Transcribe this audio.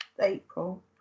april